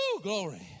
glory